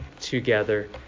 together